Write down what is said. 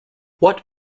what